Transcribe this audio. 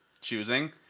choosing